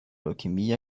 leukämie